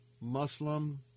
Muslim